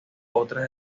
otras